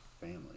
family